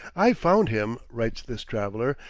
i found him, writes this traveler,